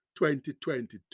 2022